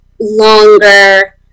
longer